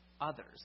others